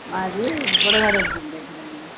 మాది బుడగరాజ్యం దగ్గరండి